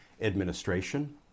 administration